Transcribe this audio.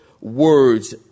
words